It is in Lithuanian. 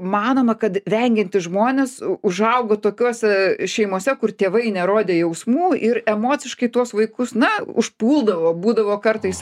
manoma kad vengiantys žmonės užaugo tokiose šeimose kur tėvai nerodė jausmų ir emociškai tuos vaikus na užpuldavo būdavo kartais